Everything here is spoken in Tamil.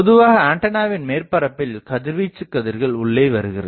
பொதுவாக ஆண்டனாவின் மேற்பரப்பில் கதிர்வீச்சுக் கதிர்கள் உள்ளே வருகிறது